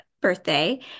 birthday